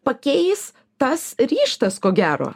pakeis tas ryžtas ko gero